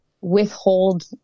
withhold